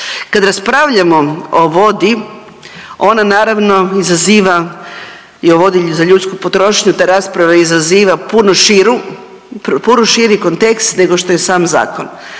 Kad raspravljamo o vodi ona naravno izaziva i o vodi za ljudsku potrošnju ta rasprava izaziva puno širu, puno širi kontekst nego što je sam zakon.